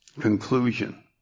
conclusion